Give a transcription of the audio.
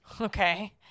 Okay